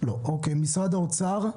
ממשרד האוצר?